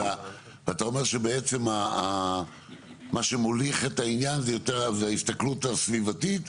אתה אומר שמה שמוליך את העניין היא ההסתכלות הסביבתית?